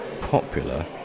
popular